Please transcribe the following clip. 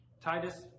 Titus